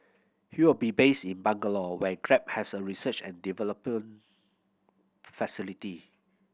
he will be based in Bangalore where Grab has a research and development facility